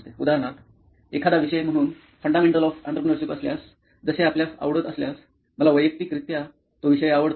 उदाहरणार्थ एखादा विषय म्हणून फ़ंडामेंटल ऑफ इंटरप्रेनरशिप असल्यास जसे आपल्यास आवडत असल्यास मला वैयक्तिकरित्या तो विषय आवडतो